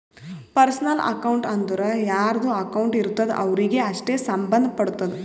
personal account ಅಂದುರ್ ಯಾರ್ದು account ಇರ್ತುದ್ ಅವ್ರಿಗೆ ಅಷ್ಟೇ ಸಂಭಂದ್ ಪಡ್ತುದ